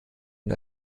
und